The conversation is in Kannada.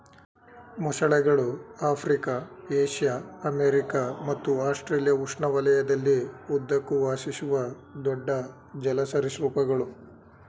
ಮೊಸಳೆಗಳು ಆಫ್ರಿಕಾ ಏಷ್ಯಾ ಅಮೆರಿಕ ಮತ್ತು ಆಸ್ಟ್ರೇಲಿಯಾ ಉಷ್ಣವಲಯದಲ್ಲಿ ಉದ್ದಕ್ಕೂ ವಾಸಿಸುವ ದೊಡ್ಡ ಜಲ ಸರೀಸೃಪಗಳು